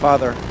Father